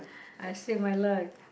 I save my life